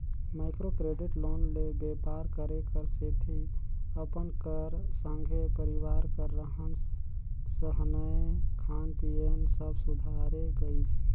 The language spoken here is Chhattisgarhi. माइक्रो क्रेडिट लोन ले बेपार करे कर सेती अपन कर संघे परिवार कर रहन सहनए खान पीयन सब सुधारे गइस